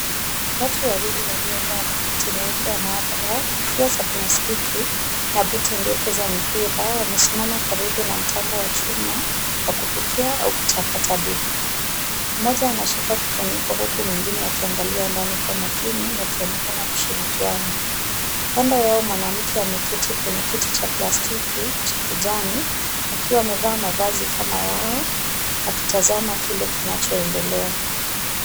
Watu wawili waliovaa makoti meupe ya maabara, kofia za plastiki na buti ndefu za mpira, wamesimama karibu na mtambo wa chuma, wakupikia au kuchakacha bidhaa. Mmoja anashika kifuniko huku mwingine akiangalia ndani kwa umakini wakionekana kushirikiana. Kando ya huyo mwanamke ameketi kwenye kiti cha plastiki cha kijani, akiwa amevaa mavazi kama yao akitazama kile kinachoendelea.